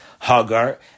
Hagar